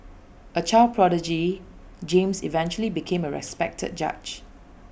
A child prodigy James eventually became A respected judge